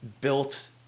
built